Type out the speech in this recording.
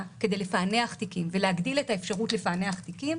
כדי לפענח תיקים ולהגדיל את האפשרות לפענח תיקים